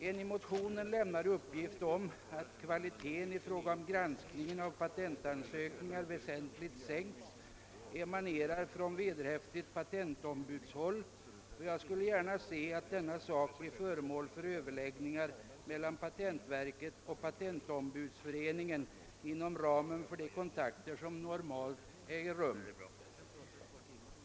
En i motionerna lämnad uppgift om att kvaliteten i fråga om granskningen av patentansökningar väsentligt sänkts emanerar från vederhäftigt patentombudshåll, och jag skulle gärna se att denna sak blir föremål för överläggningar mellan patentverket och patentombudsföreningen inom ramen för de kontakter som normalt äger rum.